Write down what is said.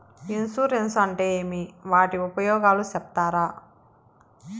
Insurance అంటే ఏమి? వాటి ఉపయోగాలు సెప్తారా?